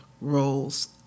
roles